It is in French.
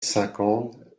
cinquante